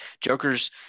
joker's